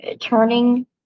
turning